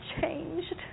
changed